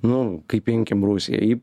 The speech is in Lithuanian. nu kaip imkim rusija ji